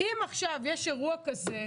אם עכשיו יש אירוע כזה,